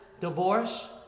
divorce